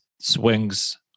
swings